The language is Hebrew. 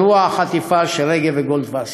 אירוע החטיפה של רגב וגולדווסר.